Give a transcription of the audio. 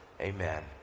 amen